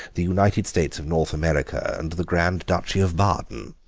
the united states of north america, and the grand duchy of baden.